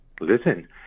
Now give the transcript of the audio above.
listen